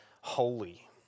holy